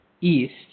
east